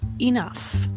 enough